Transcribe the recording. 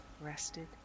rested